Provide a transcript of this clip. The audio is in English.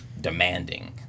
demanding